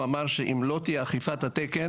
הוא אמר שאם לא תהיה אכיפת התקן,